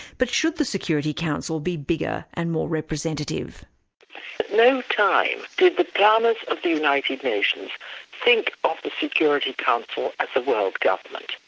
but should the security council be bigger and more representative? at no time did the planners of the united nations think of the security council as a world government,